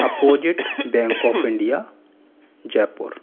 opposite bank of India Jaipur